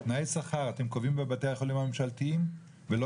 תנאי שכר אתם קובעים בבתי החולים הממשלתיים ולא